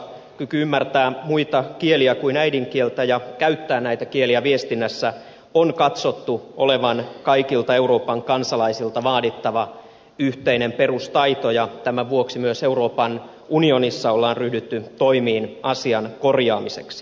kyvyn ymmärtää muita kieliä kuin äidinkieltä ja käyttää näitä kieliä viestinnässä on katsottu olevan kaikilta euroopan kansalaisilta vaadittava yhteinen perustaito ja tämän vuoksi myös euroopan unionissa on ryhdytty toimiin asian korjaamiseksi